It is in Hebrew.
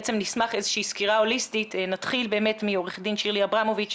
נשמח לסקירה הוליסטית ונתחיל עם עו"ד שירלי אברמוביץ'.